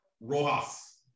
Rojas